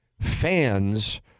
fans